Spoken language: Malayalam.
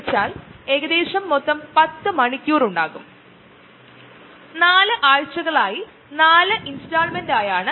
അതിനാൽ കോശനാശം വികസന പ്രക്രിയയുടെ ഒരു പ്രധാന ഭാഗമാണ് ശരീരത്തിലെ പുനരുജ്ജീവന പ്രക്രിയ തുടങ്ങിയവ